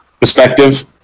perspective